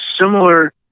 similar